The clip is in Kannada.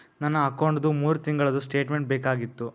ನನ್ನ ಅಕೌಂಟ್ದು ಮೂರು ತಿಂಗಳದು ಸ್ಟೇಟ್ಮೆಂಟ್ ಬೇಕಾಗಿತ್ತು?